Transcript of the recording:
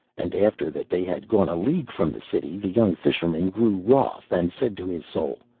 and after that they had gone a league from the city the young fisherman grew wroth, and said to his soul,